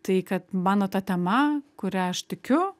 tai kad mano ta tema kuria aš tikiu